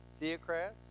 theocrats